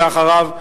ולאחריו,